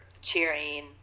cheering